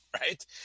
right